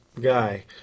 guy